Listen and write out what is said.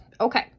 Okay